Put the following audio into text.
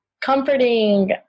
comforting